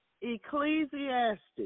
Ecclesiastes